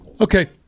Okay